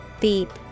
Beep